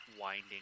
winding